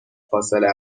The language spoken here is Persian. فاصله